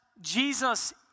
Jesus